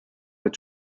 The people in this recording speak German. für